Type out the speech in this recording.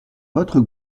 votre